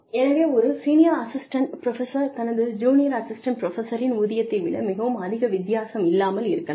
எனவே ஒரு senior assistant professor தனது ஜூனியர் அசிஸ்டண்ட் புரஃபசரின் ஊதியத்தை விட மிகவும் அதிக வித்தியாசம் இல்லாமல் இருக்கலாம்